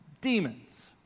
demons